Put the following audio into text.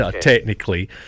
technically